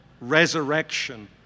resurrection